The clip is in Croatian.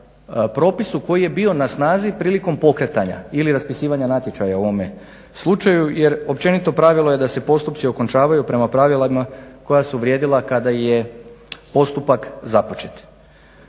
propisu koji je bio na snazi prilikom pokretanja ili raspisivanja natječaja u ovome slučaju. Jer općenito pravilo je da se postupci okončavaju prema pravilima koja su vrijedila kada je postupak započet.